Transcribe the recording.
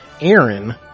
Aaron